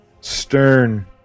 stern